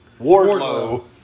Wardlow